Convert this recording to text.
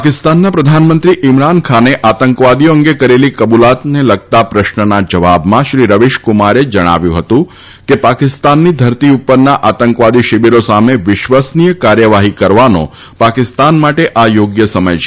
પાકિસ્તાનના પ્રધાનમંત્રી ઈમરાન ખાને આતંકવાદીઓ અંગે કરેલી કબુલાતને લગતા પ્રશ્નના જવાબમાં શ્રી રવિશકુમારે જણાવ્યું હતું કે પાકિસ્તાનની ધરતી ઉપરના આતંકવાદી શિબિરો સામે વિશ્વસનીય કાર્યવાહી કરવાનો પાકિસ્તાન માટે આ યોગ્ય સમય છે